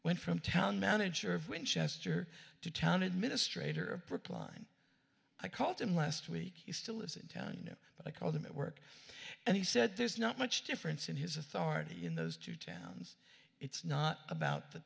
went from town manager of winchester to town administrator of brookline i called him last week he still is in town but i called him at work and he said there's not much difference in his authority in those two towns it's not about the